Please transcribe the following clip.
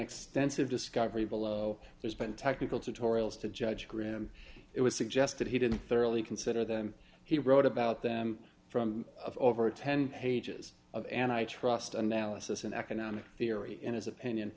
extensive discovery below there's been technical tutorials to judge grimm it was suggested he didn't thoroughly consider them he wrote about them from of over ten pages of an i trust analysis an economic theory in his opinion